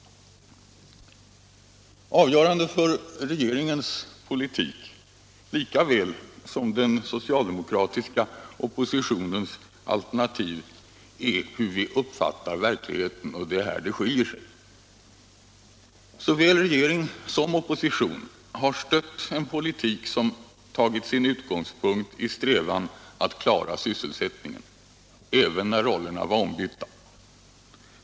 Avgörande för regeringens politik lika väl som för den socialdemokratiska oppositionens alternativ är hur vi uppfattar verkligheten, och det är här det skiljer sig. Såväl regering som opposition har stött den politik som haft sin utgångspunkt i strävan att klara sysselsättningen, även när rollerna var ombytta.